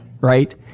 right